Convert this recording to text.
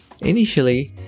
Initially